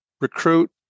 recruit